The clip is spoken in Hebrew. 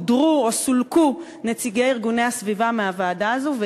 הודרו או סולקו נציגי ארגוני הסביבה מהוועדה הזו.